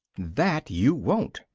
that you wo'n't!